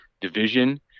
division